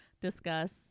discuss